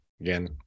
Again